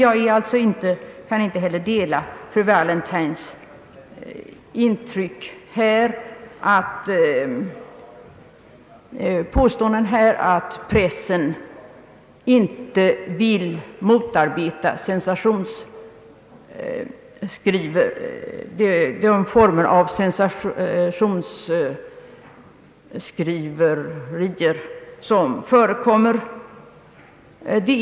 Jag kan heller inte dela fru Wallentheims mening att pressen inte vill motarbeta den form av sensationsjournalistik som förekommer.